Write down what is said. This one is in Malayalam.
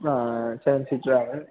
ആ സെവൻ സീറ്ററാണ്